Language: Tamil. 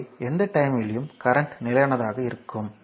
எனவே எந்த டைம்யிலும் கரண்ட் நிலையானதாக இருக்கும்